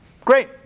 Great